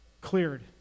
cleared